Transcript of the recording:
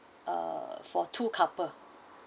uh for two couple